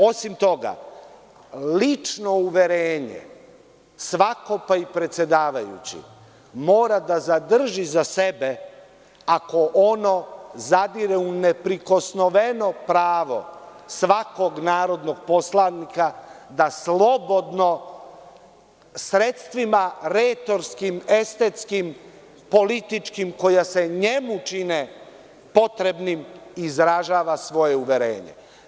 Osim toga, lično uverenje svako, pa i predsedavajući, mora da zadrži za sebe, ako ono zadire u neprikosnoveno pravo svakog narodnog poslanika da slobodno, sredstvima retorskim, estetskim, političkim, koja se njemu čine potrebnim, izražava svoje uverenje.